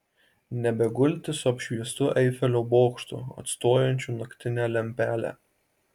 nebegulti su apšviestu eifelio bokštu atstojančiu naktinę lempelę